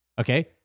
Okay